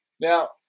now